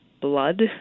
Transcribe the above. blood